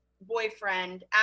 boyfriend